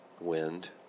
wind